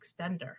extender